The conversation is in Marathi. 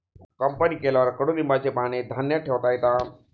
कंपनी केल्यावर कडुलिंबाची पाने धान्यात ठेवता येतात